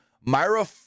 Myra